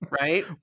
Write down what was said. right